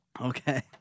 Okay